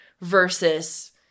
versus